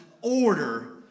order